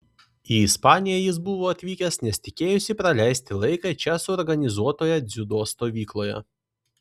į ispaniją jis buvo atvykęs nes tikėjosi praleisti laiką čia suorganizuotoje dziudo stovykloje